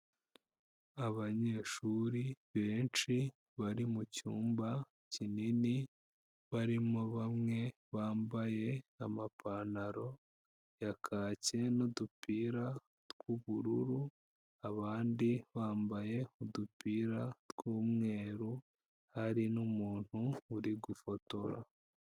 Abanyeshuri benshi, bari mu cyumba kinini, barimo bamwe bambaye amapantaro ya kaki n'udupira tw'ubururu, abandi bambaye udupira tw'umweru, hari n'umuntu uri gufotora.